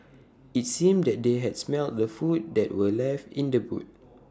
IT seemed that they had smelt the food that were left in the boot